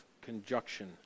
conjunction